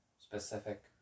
specific